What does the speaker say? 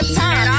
time